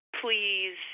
Please